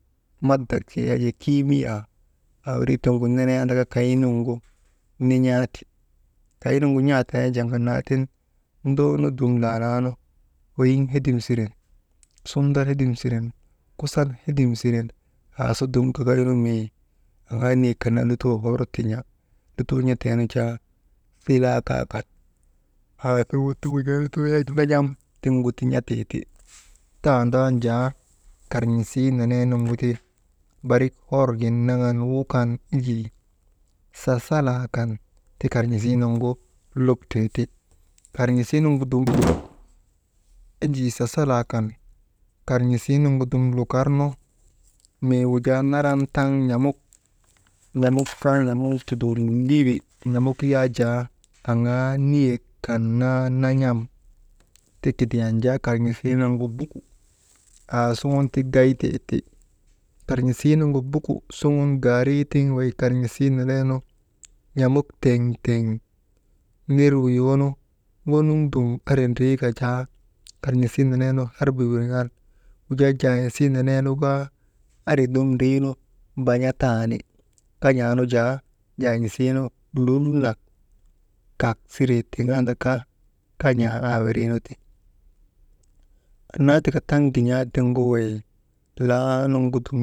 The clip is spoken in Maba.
Maddak jee yak jaa kiimiyaa awirii tiŋgu nenee andaka, kay nuŋgu nin̰aa ti kaynuvgu n̰aa tinee tiŋ jaa ŋanaa tiŋ nduunu dum laanaanu weyiŋ hedim siren sundar hedim siren, kusan hedim siren aasu gagay nu mii aŋaa niyek kan naa hor ti n̰a lutoo n̰atee nu jaa silaa kaakan, aasuŋun ti wujaa lutoo yak jaa nan̰am tiŋgu ti n̰atee ti, tandan jaa karn̰isii nenee nuŋgu ti barik horgin naŋan wukan, enjii sasalaa kan ti karn̰isii nuŋgu luktee ti,«hesitation» karn̰isii nuŋgu dum enjii sasalaa kan lukarnu, mii wujaa taŋ naran n̰amuk « hesitation» n̰amuk yaa jaa aŋaa niyek kan naa nan̰am ti kidiyan ti kidiyan jaa karn̰isii nuŋgu aasuŋun ti gaytee ti karn̰isii nuŋgu buku suŋ gaarii tiŋ wey karn̰isii nenee nu n̰amuk teŋ teŋ nir wuyoo nu ŋonun dum andri ndriika jaa karn̰isii neneenu harba wirŋan wujaa jaan̰isii nenen kaa harba wirŋan andri dum ndriinu mban̰ataani, kan̰aa nu jaa jaan̰isii nu lul nak kak siree nu andaka kak siree awiriinu ti, anna tika taŋ gin̰aanuŋu tiŋgu wey laa nuŋgu.